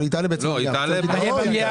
אבל היא תעלה בעצם למליאה --- היא תעלה במליאה.